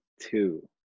two